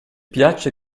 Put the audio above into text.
piace